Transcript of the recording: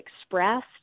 expressed